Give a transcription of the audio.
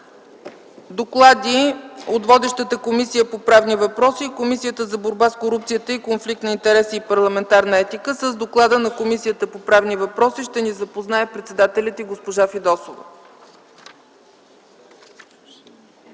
доклади от водещата Комисия по правни въпроси и Комисията за борба с корупцията и конфликт на интереси и парламентарна етика. С доклада на Комисията по правни въпроси ще ни запознае председателят й госпожа Фидосова.